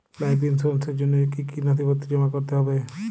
Life ইন্সুরেন্সর জন্য জন্য কি কি নথিপত্র জমা করতে হবে?